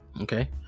okay